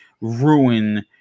ruin